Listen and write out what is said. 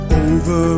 over